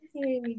Okay